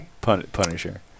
Punisher